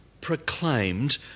proclaimed